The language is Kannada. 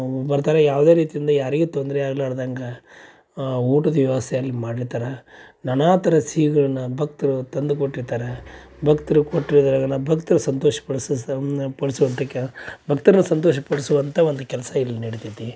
ಬರ್ತಾರೆ ಯಾವುದೇ ರೀತಿಯಿಂದ ಯಾರಿಗೂ ತೊಂದರೆ ಆಗಲಾರ್ದಂಗ ಊಟದ ವ್ಯವಸ್ಥೆ ಅಲ್ಲಿ ಮಾಡಿರ್ತಾರೆ ನಾನಾ ಥರ ಸಿಹಿಗಳ್ನ ಭಕ್ತರು ತಂದು ಕೊಟ್ಟಿರ್ತಾರೆ ಭಕ್ತ್ರು ಕೊಟ್ಟಿರೋದ್ರಾಗನೇ ಭಕ್ತ್ರು ಸಂತೋಷಪಡಿಸೋ ಸಮ್ ಪಡಿಸೋವಂಥ ಕೆ ಭಕ್ತರನ್ನ ಸಂತೋಷಪಡಿಸುವಂಥ ಒಂದು ಕೆಲಸ ಇಲ್ಲಿ ನಡಿತೈತಿ